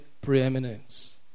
preeminence